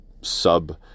sub